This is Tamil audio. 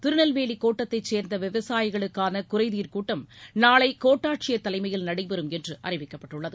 திருநெல்வேலி கோட்டத்தைச் சேர்ந்த விவசாயிகளுக்கான குறைதீர் கூட்டம் நாளை கோட்டாட்சியர் தலைமையில் நடைபெறும் என்று அறிவிக்கப்பட்டுள்ளது